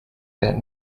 that